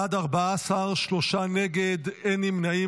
בעד, 14, נגד, שלושה, אין נמנעים.